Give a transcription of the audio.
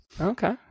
Okay